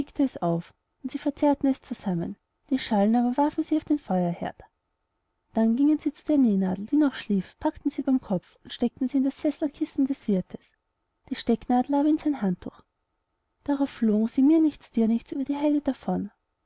auf und sie verzehrten es zusammen die schalen aber warfen sie auf den feuerheerd dann gingen sie zu der nähnadel die noch schlief packten sie beim kopf und steckten sie in das sesselkissen des wirths die stecknadel aber in sein handtuch darauf flogen sie mir nichts dir nichts über die heide davon